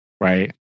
Right